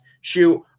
Shoot